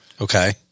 Okay